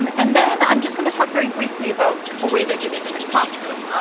um and then, i'm just going talk very briefly about couple ways i do this in the classroom.